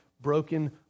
broken